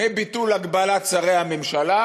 מביטול הגבלת מספר שרי הממשלה